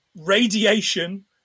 radiation